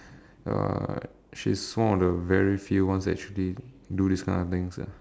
uh she's one of the very few ones that actually do this kind of things ah